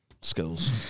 skills